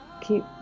keep